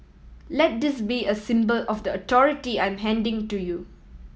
let this be a symbol of the authority I'm handing to you